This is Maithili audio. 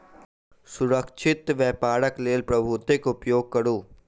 सुरक्षित व्यापारक लेल प्रतिभूतिक उपयोग करू